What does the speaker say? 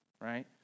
right